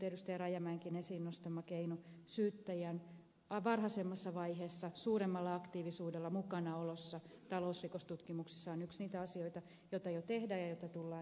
rajamäenkin esiin nostama keino syyttäjän varhaisemmassa vaiheessa suuremmalla aktiivisuudella mukanaolossa talousrikostutkimuksissa on yksi niitä asioita joita jo tehdään ja joita tullaan jatkamaan